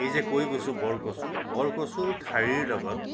এই যে কৈ গৈছো বৰকচুু বৰকচুৰ ঠাৰিৰ লগত